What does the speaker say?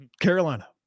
Carolina